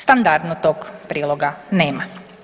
Standardno tog priloga nema.